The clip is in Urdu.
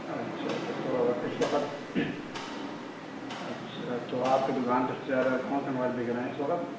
اچھا اچھا تو اس وقت اچھا تو آپ کی دکان پہ سب سے زیادہ کون سے موبائل بک رہے ہیں اس وقت